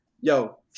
Yo